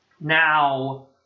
Now